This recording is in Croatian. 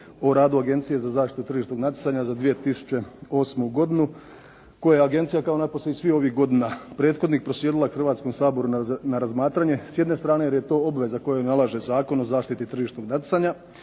o radu Agencije za zaštitu tržišnog natjecanja za 2008. godinu koje Agencija kao i svih ovih godina prethodnih proslijedila Hrvatskom saboru na razmatranje, s jedne strane jer je to obveza koju nalaže Zakon o zaštiti tržišnog natjecanja,